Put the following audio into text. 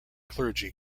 clergy